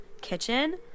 kitchen